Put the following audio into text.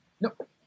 Nope